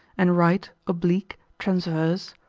and right, oblique, transverse,